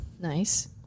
Nice